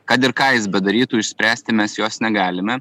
kad ir ką jis bedarytų išspręsti mes jos negalime